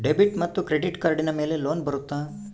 Debit ಮತ್ತು credit ಕಾರ್ಡಿನ ಮೇಲೆ ಲೋನ್ ಬರುತ್ತಾ?